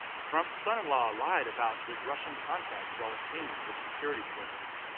trump's son-in-law lied about his russian contacts while obtaining his security currents.